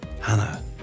Hannah